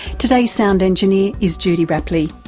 today's sound engineer is judy rapley.